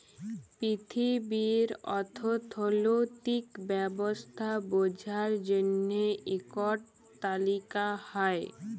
পিথিবীর অথ্থলৈতিক ব্যবস্থা বুঝার জ্যনহে ইকট তালিকা হ্যয়